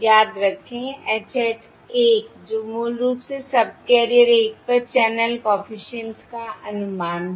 याद रखें H hat 1 जो मूल रूप से सबकेरियर 1 पर चैनल कॉफिशिएंट्स का अनुमान है